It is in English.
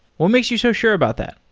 what makes you so sure about that?